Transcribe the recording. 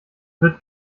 wird